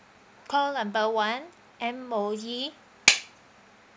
call number one M_O_E